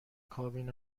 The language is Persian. کابین